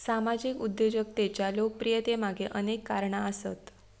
सामाजिक उद्योजकतेच्या लोकप्रियतेमागे अनेक कारणा आसत